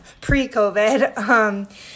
pre-COVID